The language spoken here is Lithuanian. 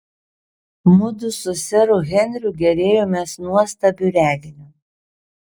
mudu su seru henriu gėrėjomės nuostabiu reginiu